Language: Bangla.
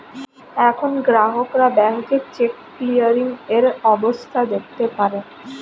এখন গ্রাহকরা ব্যাংকে চেক ক্লিয়ারিং এর অবস্থা দেখতে পারে